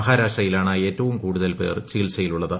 മഹാരാഷ്ട്രയിലാണ് ഏറ്റവും കൂടുതൽ പേർ ചികിത്സയിലുള്ളത്